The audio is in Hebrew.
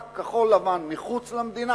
ספק מחוץ למדינה,